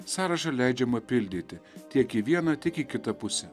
sąrašą leidžiama pildyti tiek į vieną tik į kitą pusę